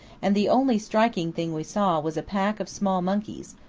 and the only striking thing we saw was a pack of small monkeys,